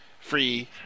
free